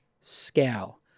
scale